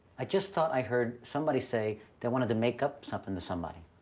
i just thought i heard somebody say they wanted to make up something to somebody,